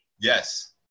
Yes